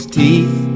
teeth